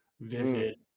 vivid